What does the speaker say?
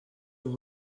nous